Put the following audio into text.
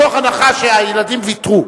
מתוך הנחה שהילדים ויתרו,